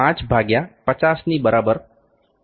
ભાગ્યા 50ની બરાબર 0